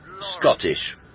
Scottish